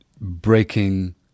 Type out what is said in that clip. breaking